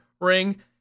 ring